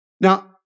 Now